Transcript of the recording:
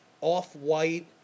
off-white